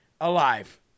alive